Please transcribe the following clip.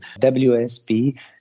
WSP